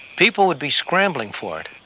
people would be scrambling for it.